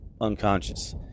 unconscious